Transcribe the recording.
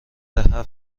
هفتم